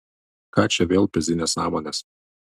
ką čia vėl pezi nesąmones